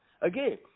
again